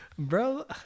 Bro